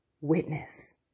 witness